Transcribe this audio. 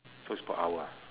so is per hour ah